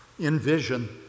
Envision